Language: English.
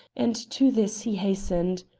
and to this he hastened.